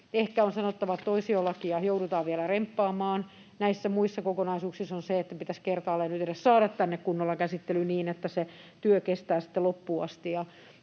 ehkä on sanottava, että toisiolakia joudutaan vielä remppaamaan. Näissä muissa kokonaisuuksissa on se, että pitäisi kertaalleen ne nyt edes saada tänne kunnolla käsittelyyn niin, että se työ kestää sitten